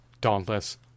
dauntless